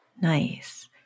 Nice